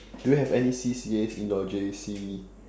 do you have any C_C_As in your J_C